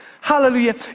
Hallelujah